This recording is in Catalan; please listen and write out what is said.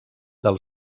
del